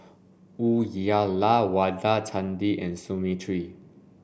Uyyalawada Chandi and Smriti